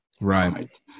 Right